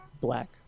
black